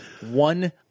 one